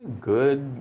good